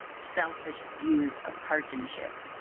selfish views of partisanship.